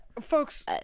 Folks